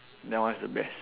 that one is the best